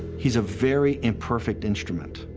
he's a very imperfect instrument,